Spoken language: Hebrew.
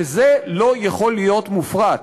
וזה לא יכול להיות מופרט.